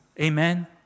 Amen